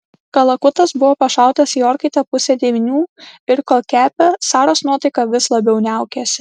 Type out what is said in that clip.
kalakutas buvo pašautas į orkaitę pusę devynių ir kol kepė saros nuotaika vis labiau niaukėsi